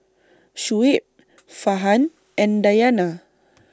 Shoaib Farhan and Dayana